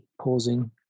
pausing